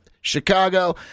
Chicago